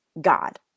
god